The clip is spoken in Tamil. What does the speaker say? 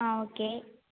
ஆ ஓகே